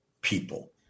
people